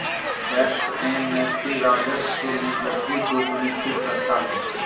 tax amnesty राजस्व में वृद्धि को सुनिश्चित करता है